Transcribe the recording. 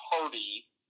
party